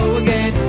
again